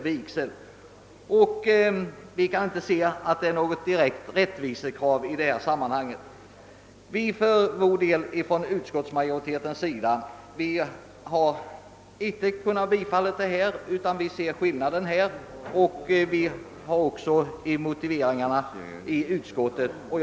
Vi kan därför inte se att det i detta sammanhang föreligger något direkt rättvisekrav. Utskottsmajoriteten har inte kunnat bifalla motionärernas yrkande, eftersom vi konstaterar den föreliggande skillnaden som vi berört i motiveringen.